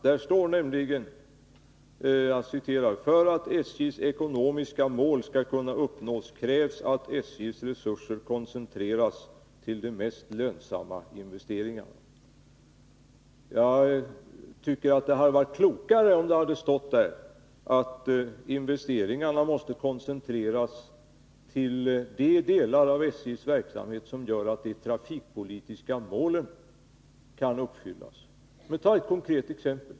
Där står nämligen: ”För att SJ:s ekonomiska mål skall kunna uppnås krävs att SJ:s resurser koncentreras till de mest lönsamma investeringarna.” Jag tycker det hade varit klokare om det stått att investeringarna måste koncentreras till de delar av SJ:s verksamhet som gör att de trafikpolitiska målen kan uppfyllas. Men vi kan ta ett konkret exempel.